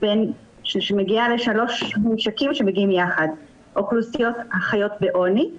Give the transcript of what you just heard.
שמגיעה לשלושה ממשקים שמגיעים יחד אוכלוסיות החיות בעוני,